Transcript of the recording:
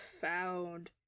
found